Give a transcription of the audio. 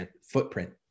footprint